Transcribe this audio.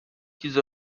diese